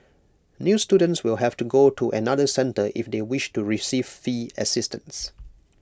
new students will have to go to another centre if they wish to receive fee assistance